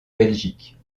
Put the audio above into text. belgique